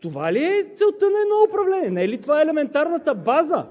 Това ли е целта на едно управление? Не е ли това елементарната база?!